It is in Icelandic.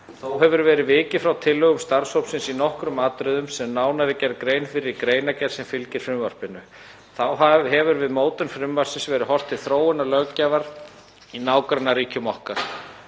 Þó hefur verið vikið frá tillögum starfshópsins í nokkrum atriðum sem nánar er gerð grein fyrir í greinargerð sem fylgir frumvarpinu. Þá hefur við mótun frumvarpsins verði horft til þróunar löggjafar í nágrannaríkjum okkar.